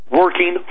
working